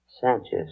Sanchez